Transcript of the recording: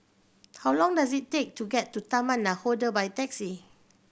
how long does it take to get to Taman Nakhoda by taxi